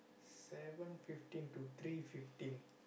seven fifteen to three fifteen